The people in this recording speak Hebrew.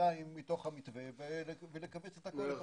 מתוך המתווה ולכווץ את הכול ב-2021.